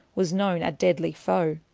was known a deadlye foe.